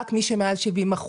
רק מי שמעל 70%,